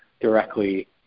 directly